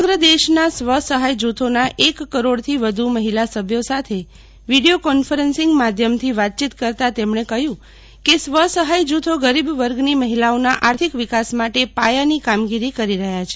સમગ્ર દેશના સ્વસહાય જૂથોના એક કરોડથી વ્ધ મહિલા સભ્યો સાથે વિડિયો કોન્ફરન્સીંગ માધ્યમથી વાતચીત કરતાં તેમણે કહ્યું કે સ્વસહાય જૂથો ગરીબ વર્ગની મહિલાઓના આર્થિક વિકાસ માટે પાયાની કામગીરી કરી રહ્યાં છે